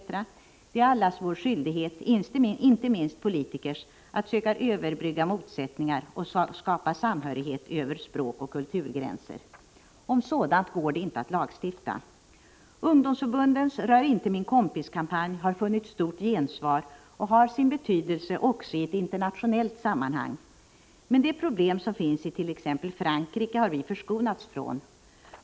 Det är allas vår skyldighet, inte minst politikers, att söka överbrygga motsättningar och skapa samhörighet över språkoch kulturgränser. Om sådant går det inte att lagstifta. Ungdomsförbundens ”Rör inte min kompis”-kampanj har funnit stort gensvar och har sin betydelse också i ett internationellt sammanhang. Men de problem som finnsit.ex. Frankrike har vi förskonats från.